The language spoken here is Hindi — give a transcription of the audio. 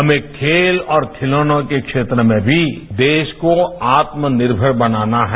हमें खेल और खिलौनों के क्षेत्र में भी देश को आत्मनिर्भर बनाना है